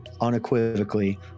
unequivocally